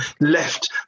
left